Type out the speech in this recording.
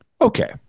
Okay